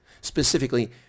specifically